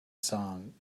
song